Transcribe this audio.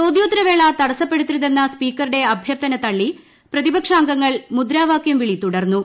ചോദ്യോത്തരവേള തടസപ്പെടുത്തരുതെന്ന സ്പീക്കറുടെ അഭ്യർത്ഥന തള്ളി പ്രതിപക്ഷാംഗങ്ങൾ മുദ്രാവാകൃം വിളി തുടർന്നു